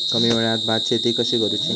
कमी वेळात भात शेती कशी करुची?